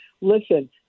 listen